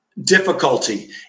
difficulty